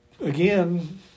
again